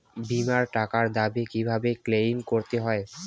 বিমার টাকার দাবি কিভাবে ক্লেইম করতে হয়?